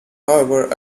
however